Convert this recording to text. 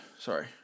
sorry